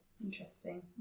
Interesting